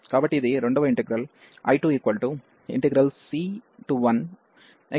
కాబట్టి ఇది రెండవ ఇంటిగ్రల్ I2c1xm 11 xn 1dx